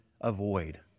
avoid